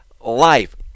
life